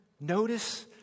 notice